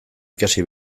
ikasi